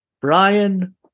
Brian